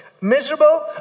Miserable